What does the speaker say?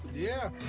yeah.